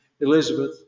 Elizabeth